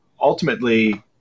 ultimately